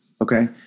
okay